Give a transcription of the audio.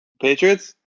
Patriots